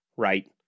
Right